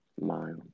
mile